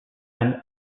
and